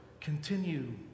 continue